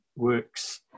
works